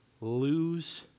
lose